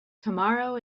tomorrow